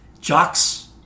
Jocks